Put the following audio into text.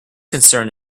concern